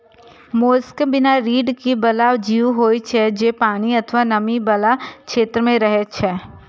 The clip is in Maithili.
मोलस्क बिना रीढ़ बला जीव होइ छै, जे पानि अथवा नमी बला क्षेत्र मे रहै छै